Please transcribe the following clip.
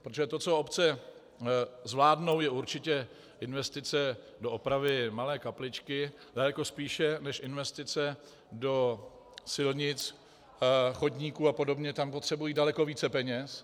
Protože to, co obce zvládnou, je určitě investice do opravy malé kapličky daleko spíše než investice do silnic, chodníků apod., tam potřebují daleko více peněz.